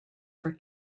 for